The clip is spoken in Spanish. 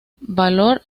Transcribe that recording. valor